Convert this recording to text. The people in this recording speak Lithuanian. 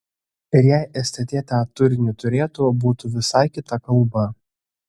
ir jei stt tą turinį turėtų būtų visai kita kalba